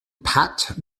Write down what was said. pat